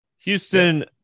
Houston